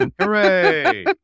Hooray